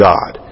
God